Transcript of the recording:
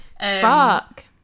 Fuck